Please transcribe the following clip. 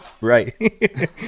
Right